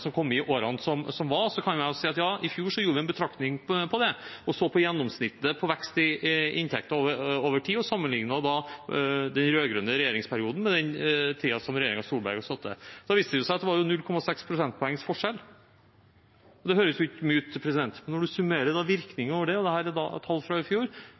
som kom i årene som var, kan jeg si at i fjor gjorde vi en betraktning på det og så på gjennomsnittet på vekst i inntekter over tid og sammenlignet den rød-grønne regjeringsperioden med den tiden som regjeringen Solberg har sittet. Da viste det seg at det var 0,6 prosentpoengs forskjell. Det høres ikke mye ut, men når man summerer virkningen av det, og dette er tall fra i fjor,